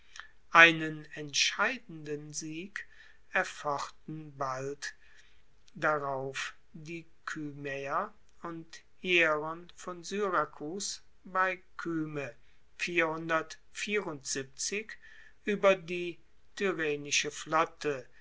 einen entscheidenden sieg erfochten bald darauf die kymaeer und hieron von syrakus bei kyme ueber die tyrrhenische flotte